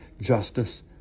Justice